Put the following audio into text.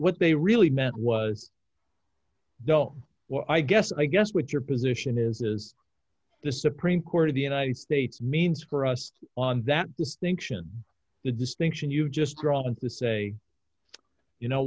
what they really meant was no well i guess i guess what your position is is the supreme court of the united states means for us on that distinction the distinction you just draw and say you know